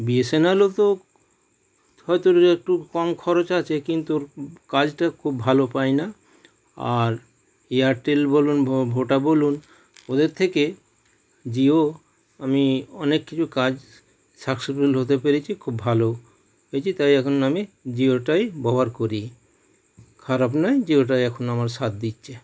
B S N এলও তো হয়তো ওটার একটু কম খরচ আছে কিন্তু কাজটা খুব ভালো পাই না আর এয়ারটেল বলুন ভো ভোডা বলুন ওদের থেকে জিও আমি অনেক কিছু কাজ সাক্সেসফুল হতে পেরেছি খুব ভালো হয়েছি তাই এখন আমি জিওটাই ব্যবহার করি খারাপ নয় জিওটাই এখন আমার সাথ দিচ্ছে